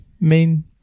main